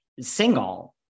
single